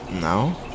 No